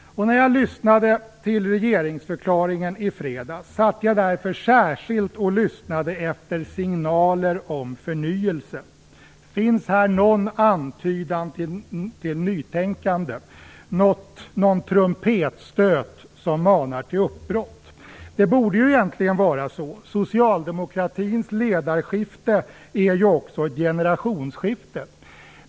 När jag lyssnade till regeringsförklaringen i fredags satt jag därför särskilt och lyssnade efter signaler om förnyelse. Finns här någon antydan till nytänkande, någon trumpetstöt som manar till uppbrott? Det borde egentligen vara så. Socialdemokratins ledarskifte är ju också ett generationsskifte.